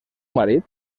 marit